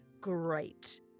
great